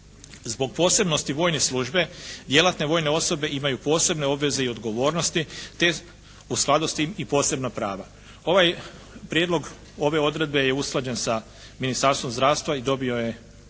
Zbog posebnosti vojne službe djelatne vojne osobe imaju posebne obveze i odgovornosti te u skladu s tim i posebna prava. Ovaj prijedlog ove odredbe je usklađen sa Ministarstvom zdravstva i dobio je